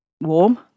warm